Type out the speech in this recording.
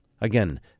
Again